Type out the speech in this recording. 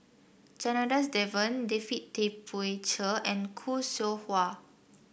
Janadas Devan David Tay Poey Cher and Khoo Seow Hwa